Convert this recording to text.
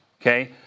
Okay